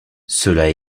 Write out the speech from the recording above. cela